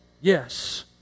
Yes